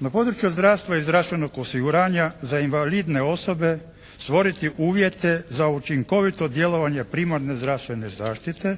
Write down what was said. Na području zdravstva i zdravstvenog osiguranja za invalidne osobe stvoriti uvjete za učinkovito djelovanje primarne zdravstvene zaštite